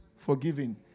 Forgiving